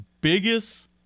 Biggest